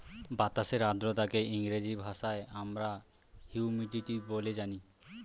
বাতাসের আর্দ্রতাকে ইংরেজি ভাষায় আমরা হিউমিডিটি বলে জানি